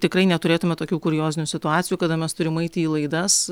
tikrai neturėtume tokių kuriozinių situacijųkada mes turim eiti į laidas